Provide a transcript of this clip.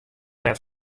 net